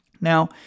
Now